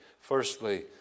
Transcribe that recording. Firstly